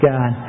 God